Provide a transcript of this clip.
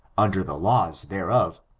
under the laws thereof,